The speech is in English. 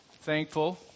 Thankful